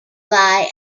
lie